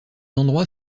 endroit